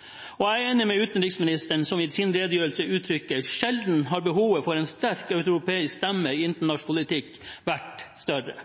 bli! Jeg er enig med utenriksministeren som i sin redegjørelse uttrykker at «sjelden har behovet for en sterk europeisk stemme i internasjonal politikk vært større».